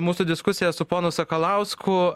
mūsų diskusiją su ponu sakalausku